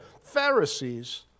Pharisees